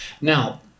Now